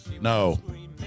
No